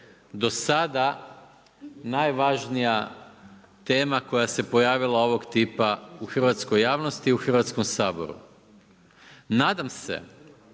do sada najvažnija tema koja se pojavila ovog tipa u hrvatskoj javnosti i u hrvatskom saboru. Nadam se